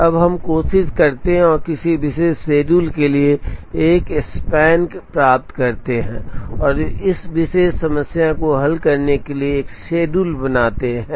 अब हम कोशिश करते हैं और किसी विशेष शेड्यूल के लिए एक स्पान प्राप्त करते हैं और इस विशेष समस्या को हल करने के लिए एक शेड्यूल बनाते हैं